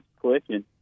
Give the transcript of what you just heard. clicking